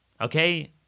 Okay